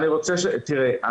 תראה,